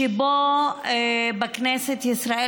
שבו בכנסת ישראל,